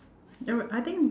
there were I think